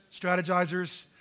strategizers